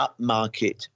upmarket